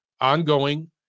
ongoing